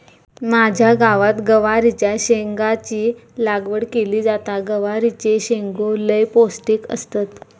माझ्या गावात गवारीच्या शेंगाची लागवड केली जाता, गवारीचे शेंगो लय पौष्टिक असतत